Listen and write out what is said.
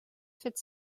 fet